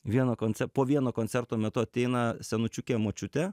vieno koncep po vieno koncerto metu ateina senučiukė močiute